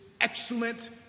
excellent